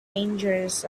fringes